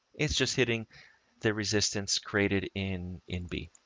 it's just hitting the resistance created in, in b.